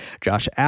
Josh